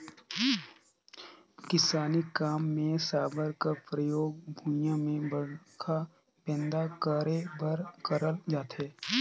किसानी काम मे साबर कर परियोग भुईया मे बड़खा बेंधा करे बर करल जाथे